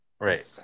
Right